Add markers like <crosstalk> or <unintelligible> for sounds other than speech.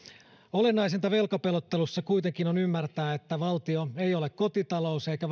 olennaisinta velkapelottelussa kuitenkin on ymmärtää että valtio ei ole kotitalous eikä <unintelligible>